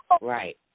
Right